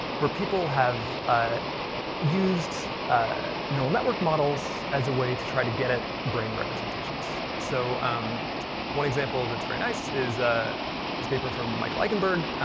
where people have ah used ah neural network models as a way to try to get at brain representations. so one example that's very nice is ah this paper form michael eikenberg.